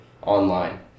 Online